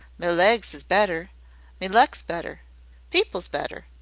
me legs is better me luck's better people's better.